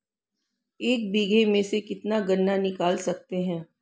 एक बीघे में से कितना गन्ना निकाल सकते हैं?